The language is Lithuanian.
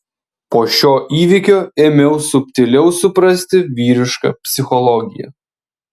po šio įvykio ėmiau subtiliau suprasti vyrišką psichologiją